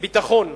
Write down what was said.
ביטחון,